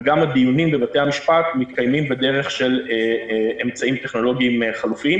וגם הדיונים בבתי המשפט מתקיימים בדרך של אמצעים טכנולוגיים חלופיים,